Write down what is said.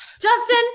Justin